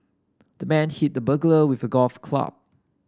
the man hit the burglar with a golf club